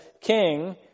king